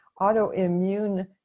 Autoimmune